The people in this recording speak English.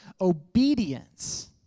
obedience